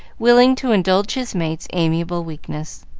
willing to indulge his mate's amiable weakness.